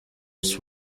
its